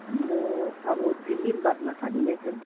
म अब तिन दिन बादमा खालि नै छु